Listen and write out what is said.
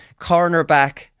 cornerback